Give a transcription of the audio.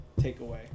takeaway